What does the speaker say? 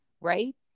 right